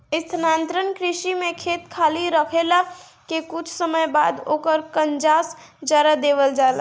स्थानांतरण कृषि में खेत खाली रहले के कुछ समय बाद ओकर कंजास जरा देवल जाला